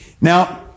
Now